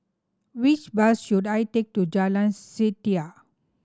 which bus should I take to Jalan Setia